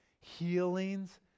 healings